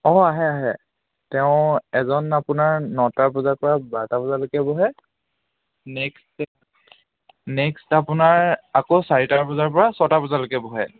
অঁ আহে আহে তেওঁ এজন আপোনাৰ নটা বজাৰ পৰা বাৰটা বজালৈকে বহে নেক্সট নেক্সট আপোনাৰ আকৌ চাৰিটা বজাৰ পৰা ছটা বজালৈকে বহে